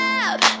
up